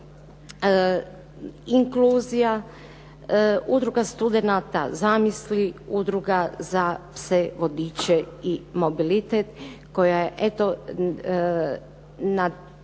Udruga studenata "Zamisli", Udruga za pse vodiče i mobilitet koja je eto